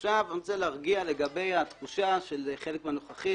עכשיו אני רוצה להרגיע לגבי התחושה של חלק מהנוכחים,